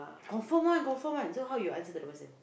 confirm one confirm one so how you answer to the WhatsApp